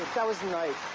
that was the night.